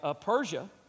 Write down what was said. Persia